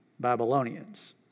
Babylonians